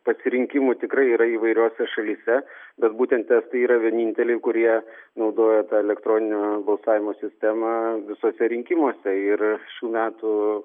pasirinkimų tikrai yra įvairiose šalyse bet būtent estai yra vieninteliai kurie naudoja tą elektroninio balsavimo sistemą visuose rinkimuose ir šių metų